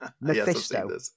mephisto